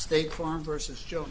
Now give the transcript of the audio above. state farm versus jo